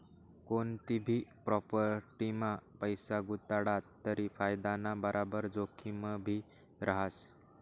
कोनतीभी प्राॅपटीमा पैसा गुताडात तरी फायदाना बराबर जोखिमभी रहास